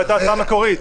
זאת הייתה ההצעה המקורית.